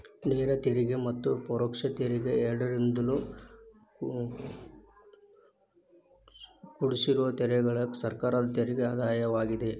ನೇರ ತೆರಿಗೆ ಮತ್ತ ಪರೋಕ್ಷ ತೆರಿಗೆ ಎರಡರಿಂದೂ ಕುಡ್ಸಿರೋ ತೆರಿಗೆಗಳ ಸರ್ಕಾರದ ತೆರಿಗೆ ಆದಾಯವಾಗ್ಯಾದ